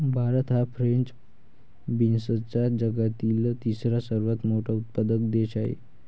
भारत हा फ्रेंच बीन्सचा जगातील तिसरा सर्वात मोठा उत्पादक देश आहे